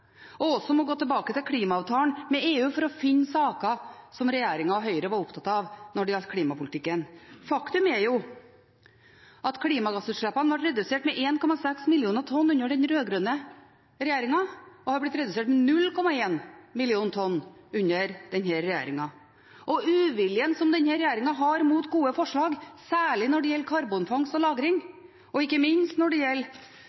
og også må gå tilbake til klimaavtalen med EU – for å finne saker som regjeringen og Høyre var opptatt av når det gjaldt klimapolitikken. Faktum er at klimagassutslippene ble redusert med 1,6 millioner tonn under den rød-grønne regjeringen og har blitt redusert med 0,1 millioner tonn under denne regjeringen. Uviljen som denne regjeringen har mot gode forslag, særlig når det gjelder karbonfangst og -lagring, og ikke minst når det gjelder